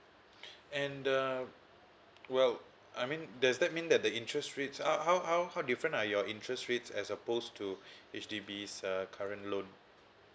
and uh well I mean does that mean that the interest rates how how how different are your interest rates as opposed to H_D_B's uh current loan